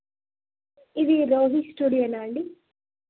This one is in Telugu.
ఇది రోహిత్ స్టూడియోనా అండి